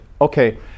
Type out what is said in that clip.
okay